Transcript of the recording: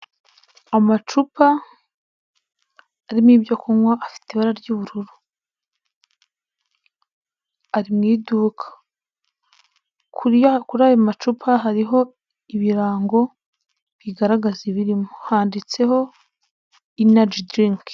Amacupa arimo ibyo kunywa afite ry'ubururu, ari mu iduka, kuri ayo macupa hariho ibirango bigaragaza ibirimo, handitse Energy drink.